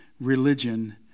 religion